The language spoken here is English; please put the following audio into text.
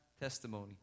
testimony